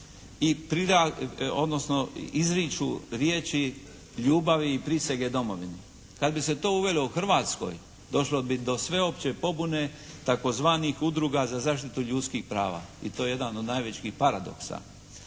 izriču riječi ljubavi i prisege domovini. Kada bi se to uvelo u Hrvatskoj došlo bi do sveopće pobune tzv. udruga za zaštitu ljudskih prava i to je jedan od najvećih paradoksa.